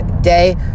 day